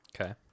Okay